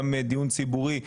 גם דיון ציבורי,